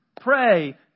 pray